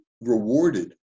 rewarded